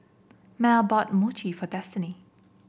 Mell bought Mochi for Destiny